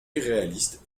irréaliste